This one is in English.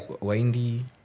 Windy